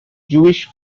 jewish